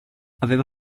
aveva